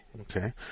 Okay